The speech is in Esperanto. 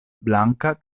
blanka